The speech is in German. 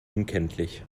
unkenntlich